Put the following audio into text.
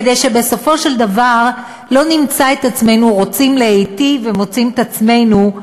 כדי שבסופו של דבר לא נמצא את עצמנו רוצים להיטיב אבל מרעים.